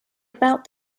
about